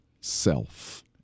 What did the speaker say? self